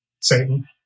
Satan